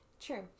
true